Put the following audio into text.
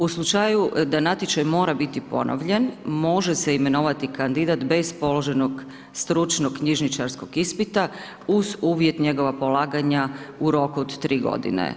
U slučaju da natječaj mora biti ponovljen, može se imenovati kandidat bez položenog stručnog knjižničarskog ispita uz uvjet njegova polaganja u roku od 3 godine.